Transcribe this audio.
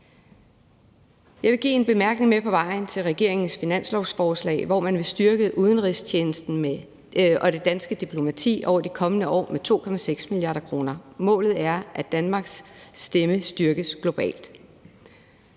Jeg vil give en bemærkning med på vejen til regeringens finanslovsforslag, hvor man over de kommende år vil styrke udenrigstjenesten og det danske diplomati med 2,6 mia. kr. Målet er, at Danmarks stemme styrkes globalt.